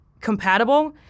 compatible